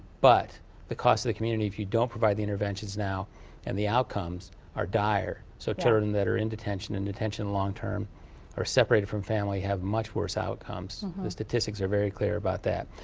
but the cost to the community if you don't provide the interventions now and the outcomes are dire. so children that are in detention and detention long-term or separated from family have much worse outcomes. the statistics are very clear about that.